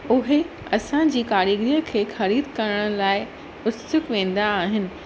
उहे असांजी कारीगरीअ खे ख़रीद करण लाइ उत्सुक वेंदा आहिनि